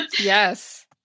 Yes